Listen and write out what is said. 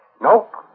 Nope